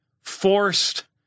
forced